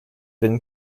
been